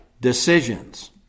decisions